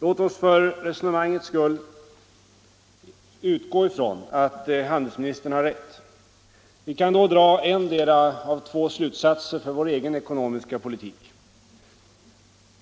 Låt oss för resonemangets skull utgå ifrån att handelsministern har rätt. Vi kan då dra endera av två slutsatser för vår egen ekonomiska politik: 1.